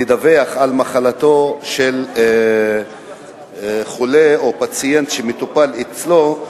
לדווח על מחלתו של חולה או פציינט שמטופל אצלו,